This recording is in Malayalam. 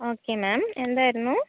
ഓക്കെ മാം എന്തായിരുന്നു